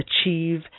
achieve